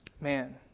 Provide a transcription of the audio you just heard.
man